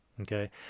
Okay